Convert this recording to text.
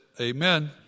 Amen